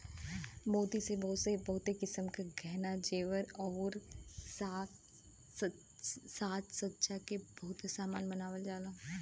मोती से बहुत किसिम क गहना जेवर आउर साज सज्जा के बहुत सामान बनावल जाला